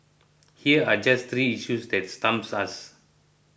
here are just three issues that stumps us